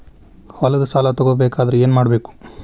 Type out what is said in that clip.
ಹೊಲದ ಸಾಲ ತಗೋಬೇಕಾದ್ರೆ ಏನ್ಮಾಡಬೇಕು?